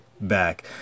back